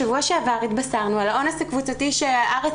בשבוע שעבר התבשרנו על האונס הקבוצתי שהארץ